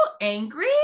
angry